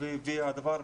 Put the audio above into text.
הדבר פתיר.